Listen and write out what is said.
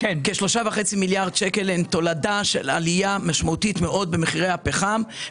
כ-3.5 מיליארד שקל הם תולדה של עלייה משמעותית מאוד במחירי הפחם.